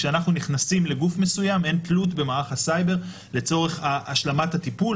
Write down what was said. כשאנחנו נכנסים לגוף מסוים אין תלות במערך הסייבר לצורך השלמת הטיפול,